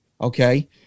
Okay